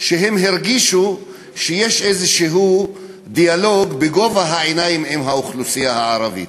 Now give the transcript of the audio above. שהם הרגישו שיש איזה דיאלוג בגובה העיניים עם האוכלוסייה הערבית.